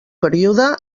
període